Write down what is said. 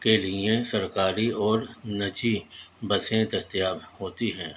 کے لیے سرکاری اور نجی بسیں دستیاب ہوتی ہیں